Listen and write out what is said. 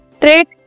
Trait